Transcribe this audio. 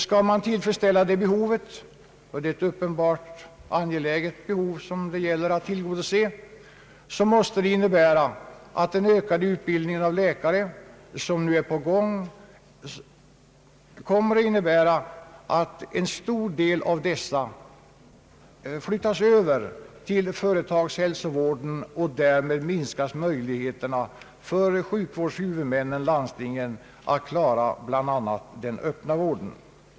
Skall man tillfredsställa det behovet — och detta är uppenbarligen angeläget — måste det innebära att en stor del av de nya läkare, som vi får genom den ökade utbildning av läkare som nu är på gång, kommer att flyttas över till företagshälsovården. Därmed minskas möjligheterna för sjukvårdshuvudmännen — landstingen — att klara bl.a. den öppna vården.